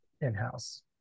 in-house